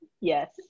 Yes